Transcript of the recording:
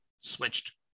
switched